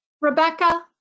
Rebecca